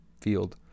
field